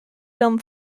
film